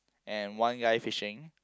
and one guy fishing